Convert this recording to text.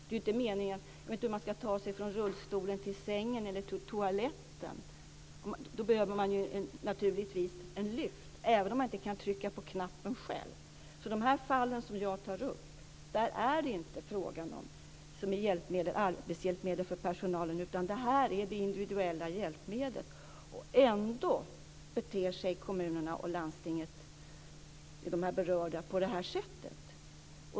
Hur ska man ta sig från rullstolen till sängen eller toaletten? Då behöver man naturligtvis en lyft, även om man inte kan trycka på knappen själv. I de fall jag har tagit upp har det inte varit fråga om arbetshjälpmedel för personalen utan individuella hjälpmedel. Ändå beter sig de berörda kommunerna och landstingen på det sättet.